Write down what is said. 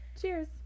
Cheers